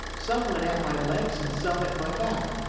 some went at my legs and some at my back,